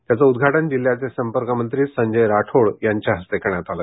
त्याचं उद्घाटन जिल्ह्याचे संपर्क मंत्री संजय राठोड यांच्या हस्ते करण्यात आले